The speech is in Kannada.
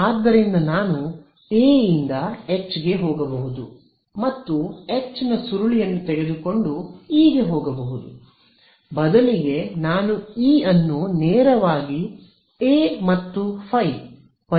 ಆದ್ದರಿಂದ ನಾನು A ಇಂದ H ಗೆ ಹೋಗಬಹುದು ಮತ್ತು H ನ ಸುರುಳಿಯನ್ನು ತೆಗೆದುಕೊಂಡು E ಗೆ ಹೋಗಬಹುದು ಬದಲಿಗೆ ನಾನು E ಅನ್ನು ನೇರವಾಗಿ ಎ ಮತ್ತು ಫೈ ಪರಿಭಾಷೆಯಲ್ಲಿ ಬರೆಯುತ್ತಿದ್ದೇನೆ